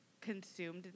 consumed